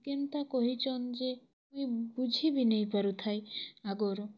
କେନ୍ତା କହିଚନ୍ ଯେ ମୁଇଁ ବୁଝି ବି ନେଇଁ ପାରୁଥାଇ ଆଗୁରୁ